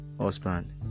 husband